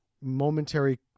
momentary